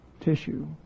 tissue